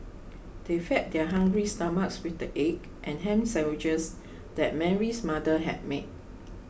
they fed their hungry stomachs with the egg and ham sandwiches that Mary's mother had made